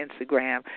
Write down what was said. Instagram